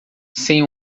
sem